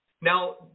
Now